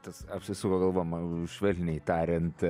tas apsisuko galva man švelniai tariant